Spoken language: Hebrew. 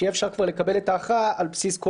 שיהיה אפשר כבר לקבל את ההכרעה על בסיס כל